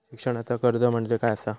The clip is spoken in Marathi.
शिक्षणाचा कर्ज म्हणजे काय असा?